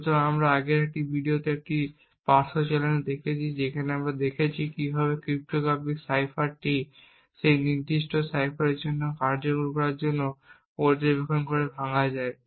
সুতরাং আমরা আগের একটি ভিডিওতে এমন একটি পার্শ্ব চ্যানেল দেখেছি যেখানে আমরা দেখেছি কীভাবে ক্রিপ্টোগ্রাফিক সাইফারটি সেই নির্দিষ্ট সাইফারের জন্য কার্যকর করার সময় পর্যবেক্ষণ করে ভাঙা যায়